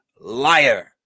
liar